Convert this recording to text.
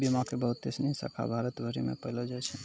बीमा के बहुते सिनी शाखा भारत भरि मे पायलो जाय छै